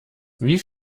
wie